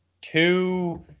Two